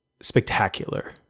spectacular